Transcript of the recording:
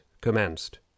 commenced